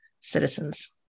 citizens